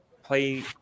play